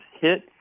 hit